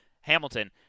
hamilton